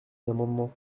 amendements